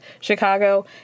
Chicago